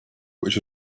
which